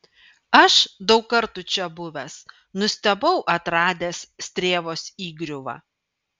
aš daug kartų čia buvęs nustebau atradęs strėvos įgriuvą